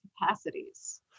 capacities